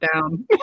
down